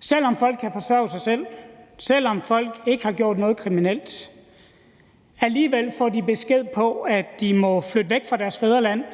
Selv om folk kan forsørge sig selv, selv om folk ikke har gjort noget kriminelt, får de alligevel besked på, at de må flytte væk fra deres fædreland